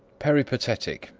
peripatetic,